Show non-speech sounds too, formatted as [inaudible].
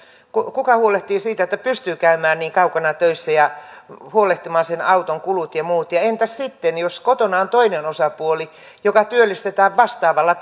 kuka huolehtii siitä että pystyy käymään niin kaukana töissä ja huolehtimaan sen auton kulut ja muut ja entäs sitten jos kotona on toinen osapuoli joka työllistetään vastaavalla [unintelligible]